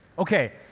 okay,